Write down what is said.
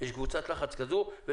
יש קבוצת לחץ כזו.